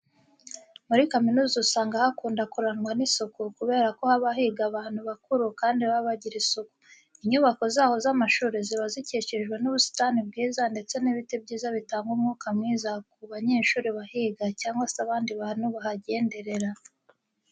Muri kaminuza usanga hakunda kurangwa n'isuku kubera ko haba higa abantu bakuru kandi baba bagira isuku. Inyubako zaho z'amashuri ziba zikikijwe n'ubusitani bwiza ndetse n'ibiti byiza bitanga umwuka mwiza ku banyeshuri bahiga cyangwa se abandi bantu bahagenderera.